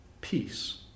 Peace